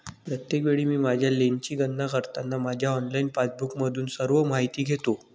प्रत्येक वेळी मी माझ्या लेनची गणना करताना माझ्या ऑनलाइन पासबुकमधून सर्व माहिती घेतो